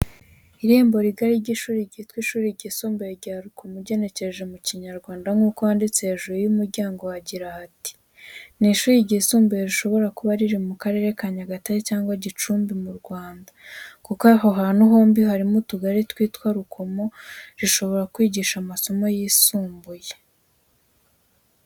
Irembo rigari ry’ishuri ryitwa ishuri ryisumbuye rya Rukomo ugenekereje mu kinyarwanda nk'uko handitse hejuru y’umuryango hagira hati. Ni ishuri ryisumbuye, rishobora kuba riri mu Karere ka Nyagatare cyangwa Gicumbi mu Rwanda kuko ayo hantu yombi harimo utugari twitwa Rukomo rishobora kwigisha amasomo yisumbuye.